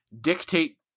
dictate